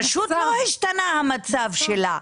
הרשות לא השתנה המצב שלה.